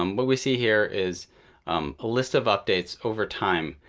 um what we see here is a list of updates over time,